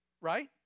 right